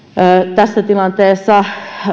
tässä tilanteessa